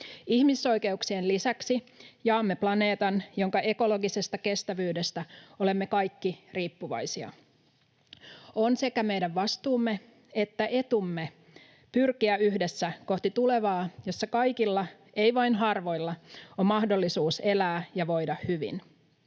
Ihmisoikeuksien lisäksi jaamme planeetan, jonka ekologisesta kestävyydestä olemme kaikki riippuvaisia. On sekä meidän vastuumme että etumme pyrkiä yhdessä kohti tulevaa, jossa kaikilla, ei vain harvoilla, on mahdollisuus elää ja voida hyvin.